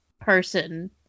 person